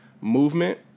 movement